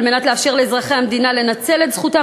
כדי לאפשר לאזרחי המדינה לנצל את זכותם